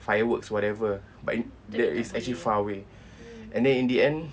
fireworks whatever but in the it's actually far away and then in the end